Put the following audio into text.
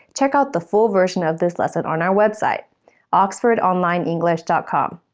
check out the full version of this lesson on our website oxford online english dot com.